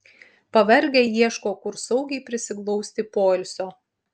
pavargę ieško kur saugiai prisiglausti poilsio